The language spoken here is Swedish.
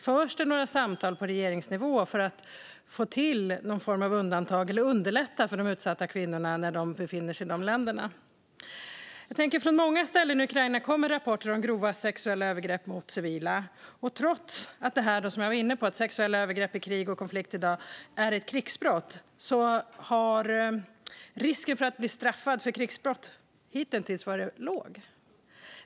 Förs samtal på regeringsnivå för att få till någon form av undantag eller underlätta för de utsatta kvinnorna i dessa länder? Från många ställen i Ukraina kommer rapporter om grova sexuella övergrepp mot civila. Trots att sexuella övergrepp i krig och konflikt i dag är ett krigsbrott har risken för att bli straffad för krigsbrott hitintills varit låg.